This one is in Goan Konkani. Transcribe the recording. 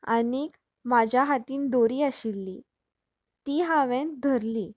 आनीक म्हज्या हातीन दोरी आशिल्ली ती हांवें धरली